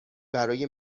برای